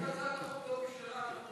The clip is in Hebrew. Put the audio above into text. אם הצעת החוק לא בשלה,